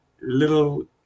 little